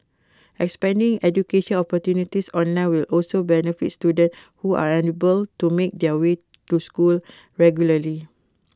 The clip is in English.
expanding education opportunities online will also benefit students who are unable to make their way to school regularly